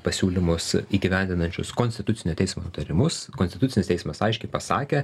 pasiūlymus įgyvendinančius konstitucinio teismo nutarimus konstitucinis teismas aiškiai pasakė